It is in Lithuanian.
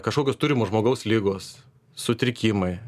kažkokios turimos žmogaus ligos sutrikimai